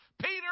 Peter